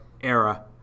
era